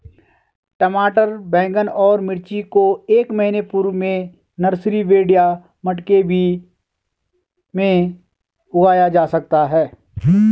टमाटर बैगन और मिर्ची को एक महीना पूर्व में नर्सरी बेड या मटके भी में उगाया जा सकता है